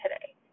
today